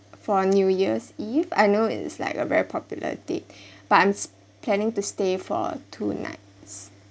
for new year's eve I know it's like a very popular date but I'm planning to stay for two nights